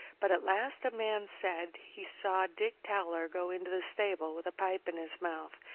but at last a man said he saw dick towler go into the stable with a pipe in his mouth,